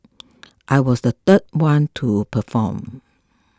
I was the third one to perform